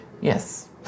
Yes